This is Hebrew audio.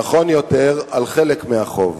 נכון יותר, על חלק מהחוב